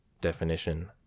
Definition